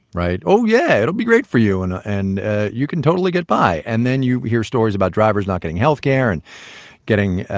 oh yeah, it'll be great for you and ah and you can totally get by, and then you hear stories about drivers not getting health care and getting